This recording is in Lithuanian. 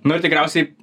nu ir tikriausiai